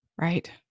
Right